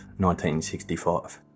1965